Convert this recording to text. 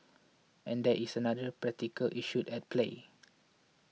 and there is another practical issue at play